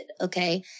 Okay